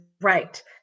Right